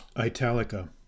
Italica